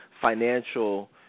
financial